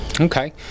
Okay